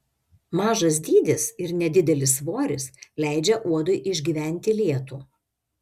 mažas dydis ir nedidelis svoris leidžia uodui išgyventi lietų